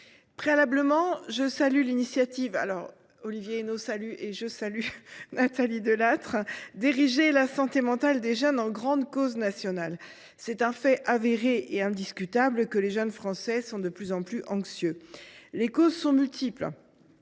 de Nathalie Delattre d’ériger la santé mentale des jeunes en grande cause nationale. C’est un fait avéré et indiscutable que les jeunes Français sont de plus en plus anxieux. Les causes sont multiples.